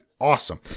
awesome